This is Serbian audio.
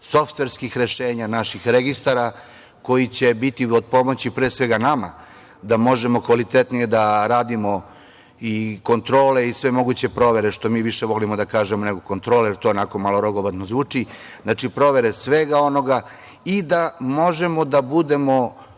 softverskih rešenja, naših registara, koji će biti od pomoći pre svega nama da možemo kvalitetnije da radimo i kontrole i sve moguće provere, što mi više volimo da kažemo nego kontrole, jer to onako malo rogobatno zvuči, znači, provere svega onoga i da možemo da budemo